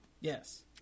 Yes